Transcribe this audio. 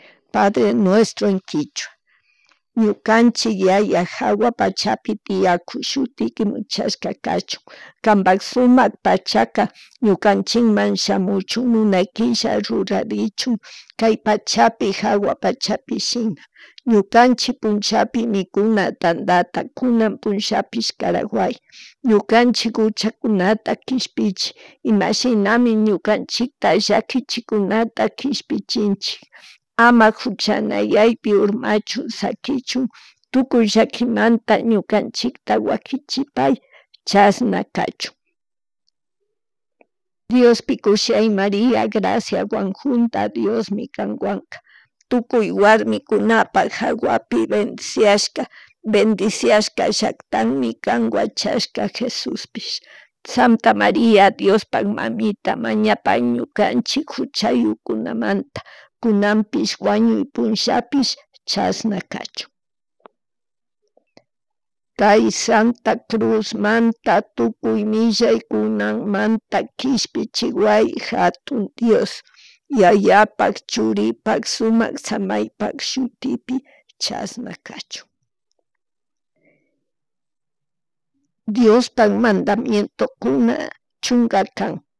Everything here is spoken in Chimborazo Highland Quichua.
Padre nuestro en kichwa Ñukanchin yaya jawapachapi tiyakun shutiki muchash kachuk kambak sumak pachaka ñukanchikama shamuchun munay killa rurarichun kay pachapi jawa pachapi shina, ñukanchik punllanpi mikuna tandta kunan punllapish karaway ñukanchik juchakunata kishpichi, imashinami ñukanchita llakichikunata kishpichinchik ama juchayaypi urmachun shakischun tukuy llakimanta ñukanchikta waquichipay chashna kachun. Diospi kushiay María graciaswan junda, diosmi kanwanka tukuy warmikunapak jawapi bendesiashka, bendeshiashka llakctami kan wachashka jesuspish Santa Marìa Diospak mamita mañapay ñukanchik juchayukunamanta kunanpish wañuy punllapish chashna kachun. Kay santa cruz manta, tukuy millakunamanta kishpiway jatun Dios, yayapak, churipak, sumak samaypak shutipi chashna kachun. Diopak madamiento kuna chunga kan